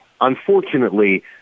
unfortunately